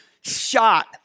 shot